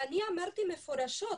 אני אמרתי מפורשות,